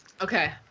Okay